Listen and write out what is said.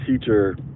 teacher